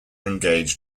engaged